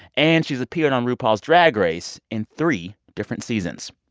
and she's appeared on rupaul's drag race in three different seasons.